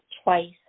twice